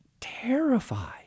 terrified